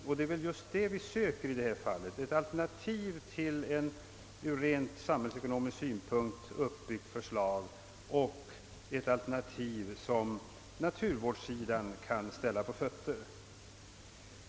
Och det är väl just det vi söker i detta fall: ett alternativ till ett från rent samhällsekonomiska utgångspunkter uppbyggt förslag — ett alternativ som naturvårdssidan kan ställa på fötter.